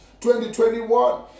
2021